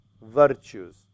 virtues